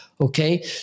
okay